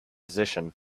position